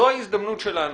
זו ההזדמנות שלנו,